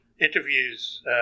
interviews